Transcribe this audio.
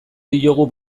diogu